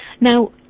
Now